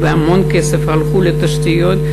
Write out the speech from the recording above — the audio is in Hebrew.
והמון כסף הלך לתשתיות,